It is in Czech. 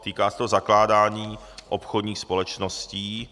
Týká se to zakládání obchodních společností.